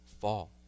fall